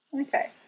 Okay